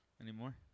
Anymore